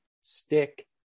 stick